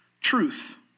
truth